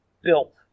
built